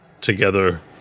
together